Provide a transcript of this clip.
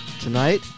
tonight